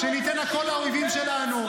שניתן לכל האויבים שלנו.